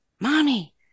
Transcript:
Mommy